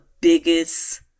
biggest